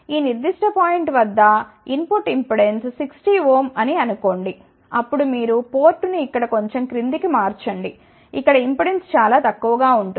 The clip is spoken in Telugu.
ఈ నిర్దిష్టపాయింట్ వద్ద ఇన్ పుట్ ఇంపెడెన్స్ 60 ఓం అని అనుకోండి అప్పుడు మీరు పోర్టును ఇక్కడ కొంచెం క్రింది కి మార్చండి ఇక్కడ ఇంపెడెన్స్ చాలా తక్కువగా ఉంటుంది